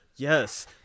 Yes